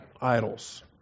idols